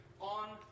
on